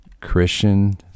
Christian-